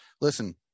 Listen